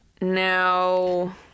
now